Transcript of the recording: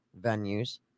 venues